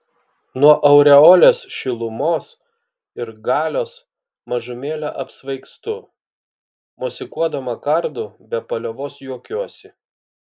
nuo aureolės šilumos ir galios mažumėlę apsvaigstu mosikuodama kardu be paliovos juokiuosi